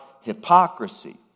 hypocrisy